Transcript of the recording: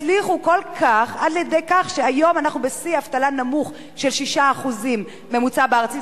הצליחו כל כך על-ידי כך שהיום אנחנו בשיא אבטלה נמוך של 6% ממוצע בארצי.